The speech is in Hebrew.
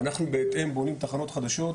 ואנחנו בהתאם בונים תחנות חדשות.